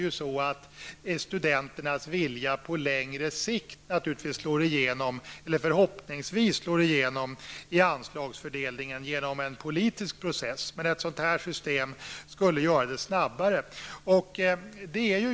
Nu slår studenternas vilja förhoppningsvis på sikt igenom vid anslagsfördelningen genom en politisk process. Med ett voucher-system skulle detta ske snabbare.